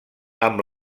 amb